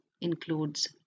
includes